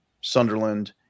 Sunderland